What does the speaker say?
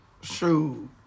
Shoot